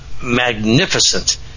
magnificent